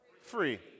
Free